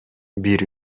бир